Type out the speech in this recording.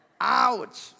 Ouch